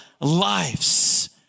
lives